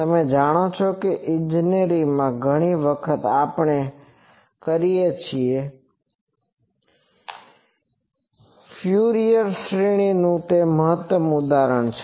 તમે જાણો છો કે ઇજનેરીમાં ઘણી વખત આપણે તે કરીએ છીએ અને ફ્યુરિયર શ્રેણી તેનું ઉત્તમ ઉદાહરણ છે